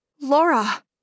Laura